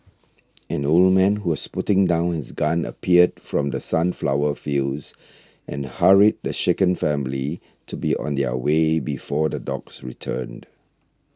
an old man who was putting down his gun appeared from the sunflower fields and hurried the shaken family to be on their way before the dogs returned